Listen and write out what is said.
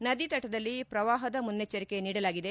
ನದಿ ತಟದಲ್ಲಿ ಪ್ರವಾಹ ಮುನ್ನೆಚ್ಚರಿಕೆ ನೀಡಲಾಗಿದೆ